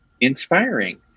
inspiring